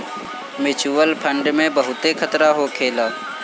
mutual fund में बहुते खतरा होखेला